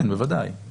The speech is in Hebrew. כן, בוודאי.